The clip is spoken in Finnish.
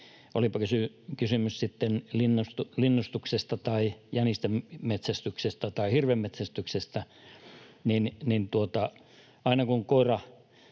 olipa kysymys sitten linnustuksesta tai jänisten metsästyksestä tai hirvenmetsästyksestä, niin aina kun koira